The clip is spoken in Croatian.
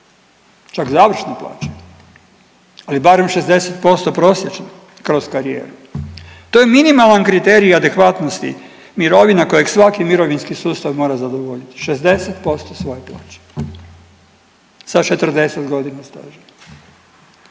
čak završne plaće, ali barem 60% prosječne kroz karijeru. To je minimalan kriterij adekvatnosti mirovina kojeg svaki mirovinski sustav mora zadovoljiti, 60% svoje plaće sa 40 godina staža.